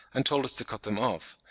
and told us to cut them off,